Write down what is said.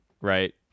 Right